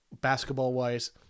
basketball-wise